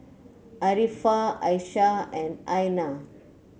Arifa Aisyah and Aina